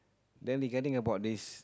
then regarding about this